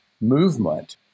movement